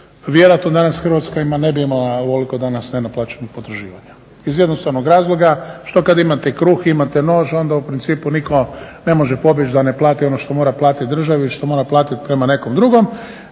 vjerojatno danas Hrvatska ne bi imala ovoliko danas nenaplaćenih potraživanja. Iz jednostavnog razloga što kada imate kruh, imate nož, onda u principu nitko ne može pobjeći da ne plati ono što mora platiti državi, što mora platiti prema nekom drugom.